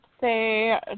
say